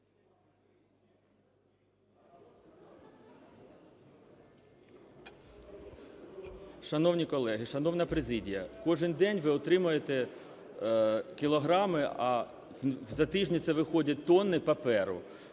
Шановні колеги, шановна президія, кожен день ви отримуєте кілограми, а за тижні це виходять тонни паперу.